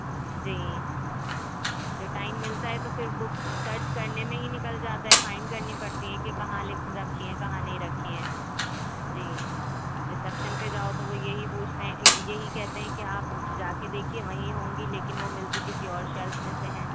جی جو ٹائم ملتا ہے تو پھر بک سرچ کرنے میں ہی نکل جاتا ہے فائنڈ کرنی پڑتی ہے کہ کہاں رکھی ہیں کہاں نہیں رکھی ہیں جی ریسیپشن پہ جاؤ تو وہ یہی پوچھتے ہیں یہی کہتے ہیں کہ آپ جا کے دیکھیے وہیں ہوں گی لیکن وہ ملتی کسی اور شیلف میں سے ہیں